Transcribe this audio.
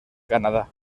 canadá